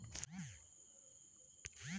शैवाल के खेती बड़ा स्तर पे करल जाला